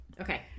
okay